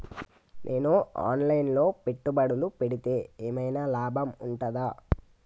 నేను online లో పెట్టుబడులు పెడితే ఏమైనా లాభం ఉంటదా?